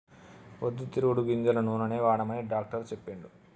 పొద్దు తిరుగుడు గింజల నూనెనే వాడమని డాక్టర్ చెప్పిండు